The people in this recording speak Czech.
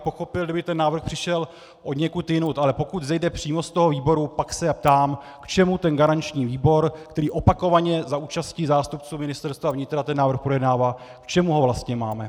Pochopil bych, kdyby návrh přišel odněkud jinud, ale pokud vzejde přímo z výboru, pak se ptám, k čemu ten garanční výbor, který opakovaně za účasti zástupců Ministerstva vnitra návrh projednává, k čemu ho vlastně máme.